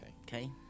Okay